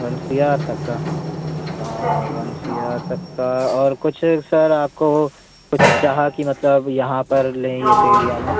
one C R तक का one C R तक का और कुछ सर आपका हो कुछ चाहा कि मतलब यहाँ पर लें इस एरिया में